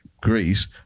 Greece